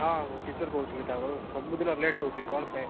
ହଁ ମୁଁ ଟିଚର୍ କହୁଥିଲି ତାଙ୍କର ସବୁଦିନ ଲେଟ୍ ହେଉଛି କଣପାଇଁ